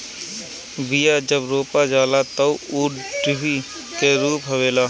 बिया जब रोपा जाला तअ ऊ डिभि के रूप लेवेला